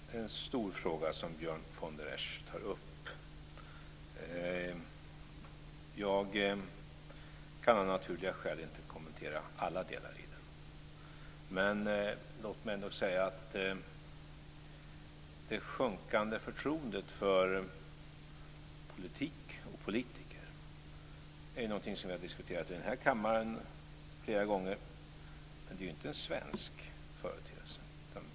Fru talman! Det är en stor fråga som Björn von der Esch tar upp. Jag kan av naturliga skäl inte kommentera alla delar i den. Men låt mig ändock säga att det sjunkande förtroendet för politik och politiker är någonting som vi har diskuterat i denna kammare flera gånger, men det är inte en svensk företeelse.